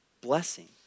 blessing